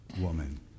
woman